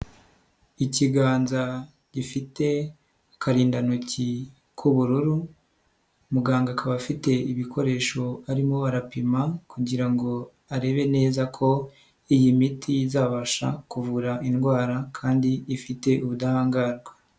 Ikiganza gifite akarindantoki k'ubururu, mu ganga akaba afite ibikoresho arimo arapima kugira ngo arebe neza ko iyi miti izabasha kuvura indwara kandi ifite ubudahangarwa.